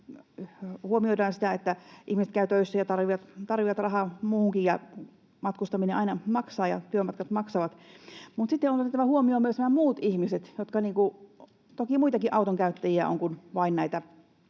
huomioidaan, että ihmiset käyvät töissä ja tarvitsevat rahaa muuhunkin, ja matkustaminen aina maksaa ja työmatkat maksavat. Mutta sitten on otettava huomioon myös nämä muut ihmiset. Toki muitakin auton käyttäjiä on kuin vain näitä